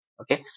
okay